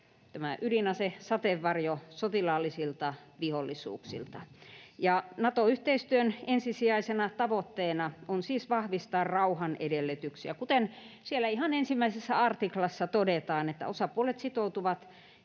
ydinasesateenvarjo sotilaallisilta vihollisuuksilta. Nato-yhteistyön ensisijaisena tavoitteena on siis vahvistaa rauhan edellytyksiä, kuten ihan siellä 1 artiklassa todetaan: osapuolet sitoutuvat